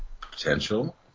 potential